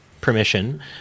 permission